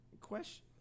Question